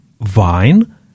vine